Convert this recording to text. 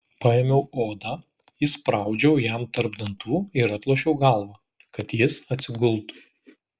paėmiau odą įspraudžiau jam tarp dantų ir atlošiau galvą kad jis atsigultų